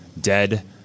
dead